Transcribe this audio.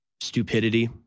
stupidity